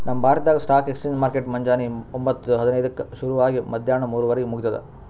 ನಮ್ ಭಾರತ್ದಾಗ್ stock exchange market ಮುಂಜಾನಿ ಒಂಬತ್ತು ಹದಿನೈದಕ್ಕ ಶುರು ಆಗಿ ಮದ್ಯಾಣ ಮೂರುವರಿಗ್ ಮುಗಿತದ್